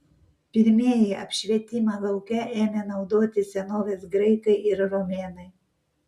pirmieji apšvietimą lauke ėmė naudoti senovės graikai ir romėnai